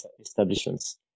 establishments